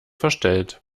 verstellt